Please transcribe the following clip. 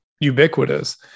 ubiquitous